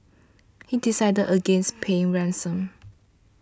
he decided against paying ransom